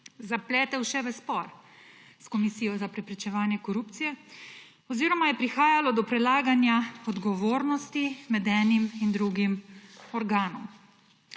zapletel še v spor s Komisijo za preprečevanje korupcije oziroma je prihajalo do prelaganja odgovornosti med enim in drugim organom.